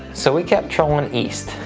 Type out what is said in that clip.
so we kept trolling east,